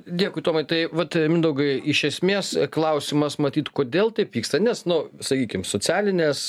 dėkui tomai tai vat mindaugai iš esmės klausimas matyt kodėl taip vyksta nes nu sakykim socialinės